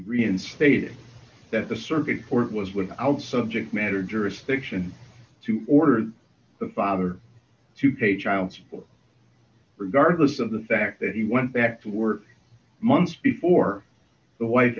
reinstated that the circuit court was without subject matter jurisdiction to order the father to pay child support regardless of the fact that he went back to work months before the wife